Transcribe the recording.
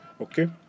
Okay